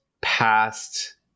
past